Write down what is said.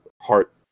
heart